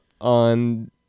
on